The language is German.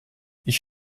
ich